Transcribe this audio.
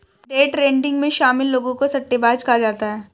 day trading में शामिल लोगों को सट्टेबाज कहा जाता है